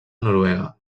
noruega